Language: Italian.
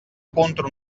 contro